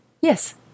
Yes